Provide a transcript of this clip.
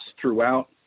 throughout